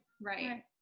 Right